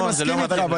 אני מסכים איתך,